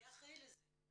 מי אחראי לזה?